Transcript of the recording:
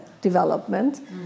development